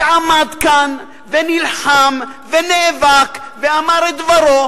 ועמד כאן, ונלחם, ונאבק, ואמר את דברו,